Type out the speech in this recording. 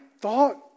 thought